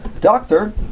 Doctor